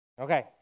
Okay